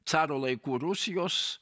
caro laikų rusijos